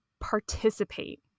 participate